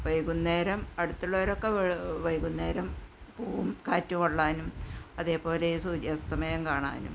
വൈകുന്നേരം അടുത്തുള്ളവരൊക്കെ വെള് വൈകുന്നേരം പോകും കാറ്റു കൊള്ളാനും അതേപോലെ സൂര്യാസ്തമയം കാണാനും